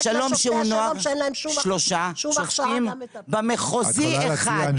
בשלום שהוא נוער שלושה שופטים, במחוזי אחד.